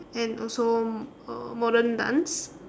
and also uh modern dance